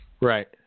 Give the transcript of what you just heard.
Right